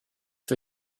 for